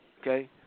Okay